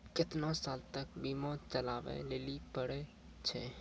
केतना साल तक बीमा चलाबै लेली पड़ै छै?